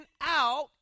out